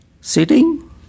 Sitting